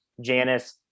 Janice